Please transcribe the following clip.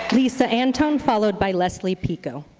lisa antone followed by leslie pico.